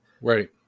Right